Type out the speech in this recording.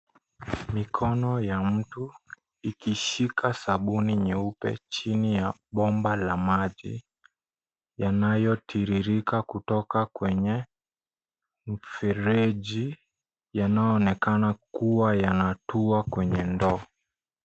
Mikono ya mtu ikishika sabuni nyeupe chini ya bomba la maji yanayotiririka kutoka kwenye mfereji yanaonekana kuwa yanatua kwenye ndoo.